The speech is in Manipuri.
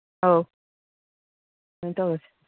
ꯑꯧ ꯑꯗꯨꯃꯥꯏ ꯇꯧꯔꯁꯤ